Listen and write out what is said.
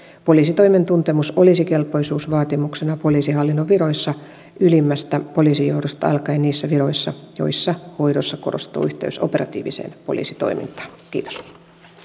poliisitoimen tuntemus olisi kelpoisuusvaatimuksena poliisihallinnon viroissa ylimmästä poliisijohdosta alkaen niissä viroissa joiden hoidossa korostuu yhteys operatiiviseen poliisitoimintaan kiitos